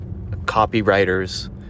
copywriters